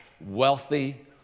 wealthy